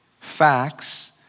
facts